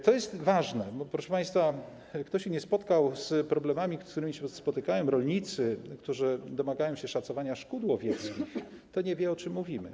To jest ważne, bo proszę państwa, kto się nie spotkał z problemami, z którymi się spotykają rolnicy, którzy domagają się szacowania szkód łowieckich, to nie wie, o czym mówimy.